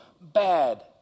bad